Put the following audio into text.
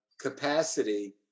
capacity